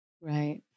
Right